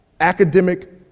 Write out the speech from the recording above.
academic